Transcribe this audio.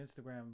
Instagram